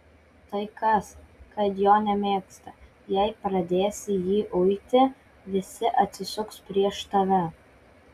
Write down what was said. tai kas kad jo nemėgsta jei pradėsi jį uiti visi atsisuks prieš tave